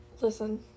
Listen